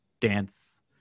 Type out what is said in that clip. dance